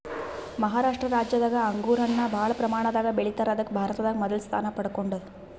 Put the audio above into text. ಮಹಾರಾಷ್ಟ ರಾಜ್ಯದಾಗ್ ಅಂಗೂರ್ ಹಣ್ಣ್ ಭಾಳ್ ಪ್ರಮಾಣದಾಗ್ ಬೆಳಿತಾರ್ ಅದಕ್ಕ್ ಭಾರತದಾಗ್ ಮೊದಲ್ ಸ್ಥಾನ ಪಡ್ಕೊಂಡದ್